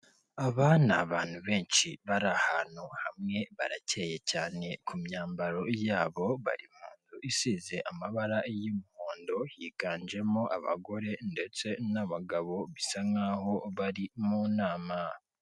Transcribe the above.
Aba ni abantu benshi bari ahantu hamwe barakeye cyane ku myambaro yabo, barimo isize amabara y'umuhondo higanjemo abagore ndetse n'abagabo bisa nkaho bari mu nama.